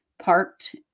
parked